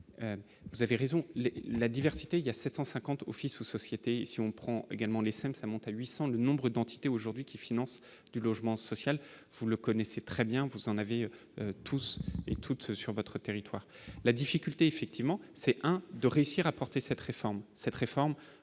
vous avez raison, il y a là diverses. Et il y a 750 offices ou sociétés si on prend également les 5 ça monte à 800 le nombre d'entités aujourd'hui qui finance du logement social, vous le connaissez très bien, vous en avez tous et toutes sur votre territoire la difficulté effectivement, c'est un de réussir rapportés cette réforme